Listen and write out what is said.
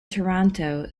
toronto